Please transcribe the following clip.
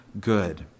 good